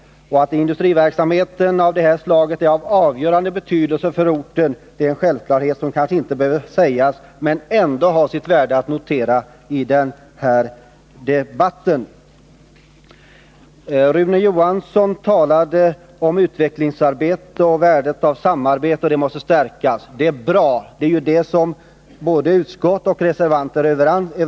Att industriverksamhet av det här slaget är av avgörande betydelse för orten är en självklarhet som kanske inte behöver sägas, men det kan ändå ha sitt värde att notera detta också i den här debatten. Rune Johansson talade om utvecklingsarbete och värdet av samarbete och sade att detta måste stärkas. Det är bra, och det är ju både utskottsmajoritet och reservanter överens om.